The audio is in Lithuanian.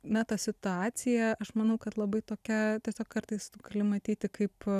na ta situacija aš manau kad labai tokia tiesiog kartais tu gali matyti kaip